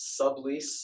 sublease